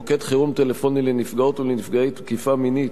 מוקד חירום טלפוני לנפגעות ולנפגעי תקיפה מינית),